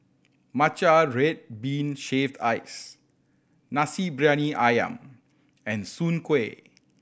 matcha red bean shaved ice Nasi Briyani Ayam and soon kway